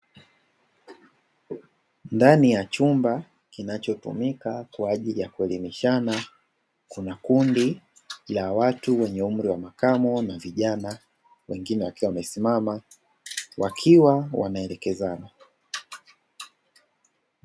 Ndani ya chumba kinachotumika kwa ajili ya kuelimishana. Kuna kundi la watu wenye umri wa makamo na vijana, wengine wakiwa wamesimama, wakiwa wanaelekezana.